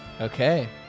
Okay